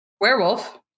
werewolf